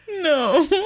no